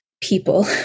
people